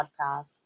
podcast